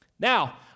Now